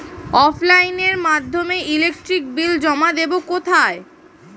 অফলাইনে এর মাধ্যমে ইলেকট্রিক বিল জমা দেবো কোথায়?